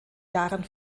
jahren